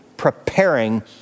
preparing